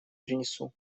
принесу